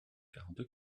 quarante